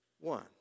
one